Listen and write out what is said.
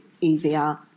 easier